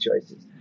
choices